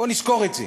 בואו נזכור את זה.